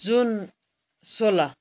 जुन सोह्र